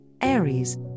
Aries